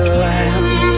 land